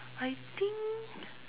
I think